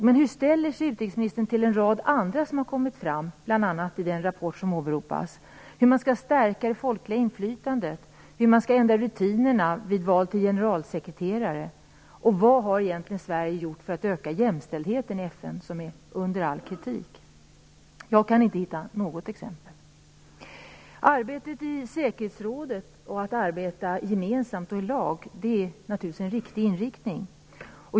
Men hur ställer sig utrikesministern till en rad andra förslag som har lagts fram, bl.a. i den rapport som åberopas? Förslagen gäller hur man skall stärka det folkliga inflytandet och hur man skall ändra rutinerna vid val till generalsekreterare. Och vad har Sverige egentligen gjort för att öka jämställdheten i FN, något som är under all kritik? Jag kan inte hitta något exempel. Det gemensamma arbetet i lag i säkerhetsrådet är naturligtvis en riktig inriktning.